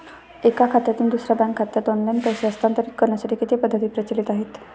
एका खात्यातून दुसऱ्या बँक खात्यात ऑनलाइन पैसे हस्तांतरित करण्यासाठी किती पद्धती प्रचलित आहेत?